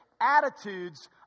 attitudes